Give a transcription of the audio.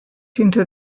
hinter